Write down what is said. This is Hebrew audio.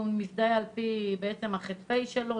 הוא מזדהה לפי הח"פ שלו,